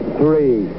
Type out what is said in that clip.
three